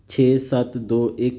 ਛੇ ਸੱਤ ਦੋ ਇੱਕ